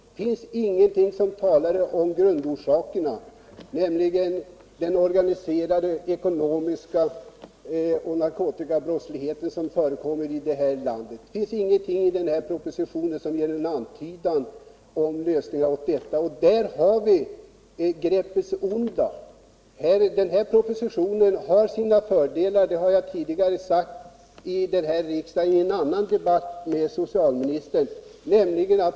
Det finns ingenting som talar om grundorsakerna, nämligen den organiserade narkotiska brottslighet som förekommer i landet. Det finns ingenting i propositionen som ger en antydan 53 om lösningar av detta. Här har vi det onda. Propositionen har sina fördelar, det har jag tidigare sagt i riksdagen i en annan debatt med socialministern.